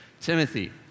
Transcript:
Timothy